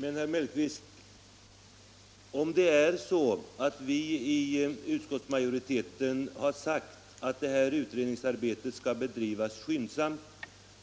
Herr talman! Om det är så, herr Mellqvist, att vi i utskottsmajoriteten sagt att det här utredningsarbetet skall bedrivas skyndsamt